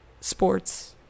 sports